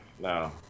no